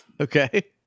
Okay